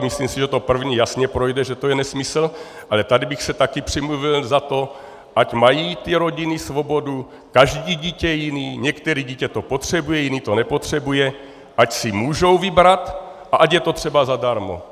Myslím si, že to první jasně projde, že to je nesmysl, ale tady bych se taky přimluvil za to, ať mají ty rodiny svobodu, každé dítě je jiné, některé dítě to potřebuje, jiné to nepotřebuje, ať si můžou vybrat a ať je to třeba zadarmo.